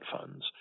funds